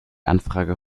anfrage